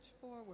forward